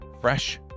fresh